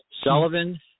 Sullivan